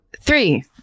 three